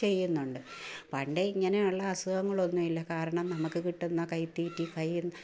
ചെയ്യുന്നുണ്ട് പണ്ടേ ഇങ്ങനെ ഉള്ള അസുഖങ്ങളൊന്നുമില്ല കാരണം നമുക്കു കിട്ടുന്ന കൈതീറ്റി